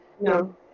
No